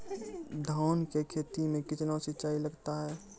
धान की खेती मे कितने सिंचाई लगता है?